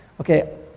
Okay